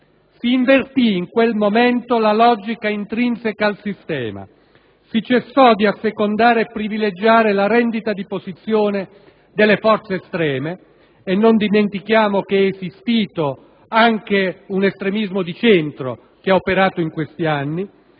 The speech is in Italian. Si invertì in quel momento la logica intrinseca del sistema. Si cessò di assecondare e privilegiare la rendita di posizione delle forze estreme - e non dimentichiamo che è esistito anche un "estremismo di centro" che ha operato in questi anni